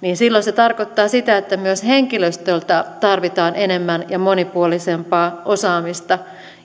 niin silloin se tarkoittaa sitä että myös henkilöstöltä tarvitaan enemmän ja monipuolisempaa osaamista